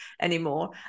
anymore